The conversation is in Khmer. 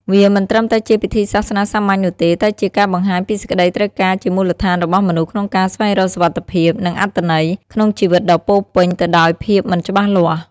វាមិនត្រឹមតែជាពិធីសាសនាសាមញ្ញនោះទេ តែជា ការបង្ហាញពីសេចក្តីត្រូវការជាមូលដ្ឋានរបស់មនុស្សក្នុងការស្វែងរកសុវត្ថិភាព និងអត្ថន័យ ក្នុងជីវិតដ៏ពោរពេញទៅដោយភាពមិនច្បាស់លាស់។